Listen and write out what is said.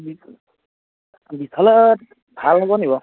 বিশালত ভাল হ'ব নি বাৰু